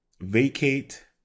vacate